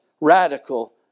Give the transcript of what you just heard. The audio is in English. radical